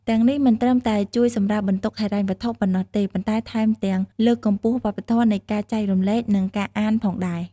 ទាំងនេះមិនត្រឹមតែជួយសម្រាលបន្ទុកហិរញ្ញវត្ថុប៉ុណ្ណោះទេ ប៉ុន្តែថែមទាំងលើកកម្ពស់វប្បធម៌នៃការចែករំលែក និងការអានផងដែរ។